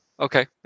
Okay